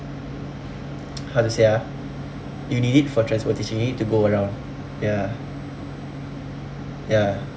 how to say ah you need it for transportation you need to go around ya ya